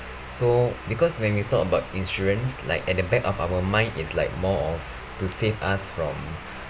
so because when we talk about insurance like at the back of our minds is like more of to save us from